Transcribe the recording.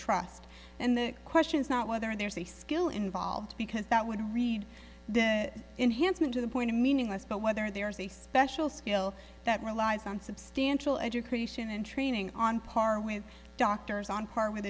trust and the question is not whether there's a skill involved because that would read them in hansen to the point of meaningless but whether there is a special skill that relies on substantial education and training on par with doctors on par with